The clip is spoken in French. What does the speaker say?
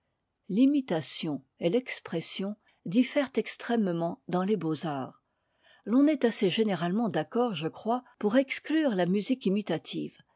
l'imitation et l'expression diffèrent extrêmement dans les beaux-arts l'on est assez généralement d'accord je crois pour exclure la musique imitative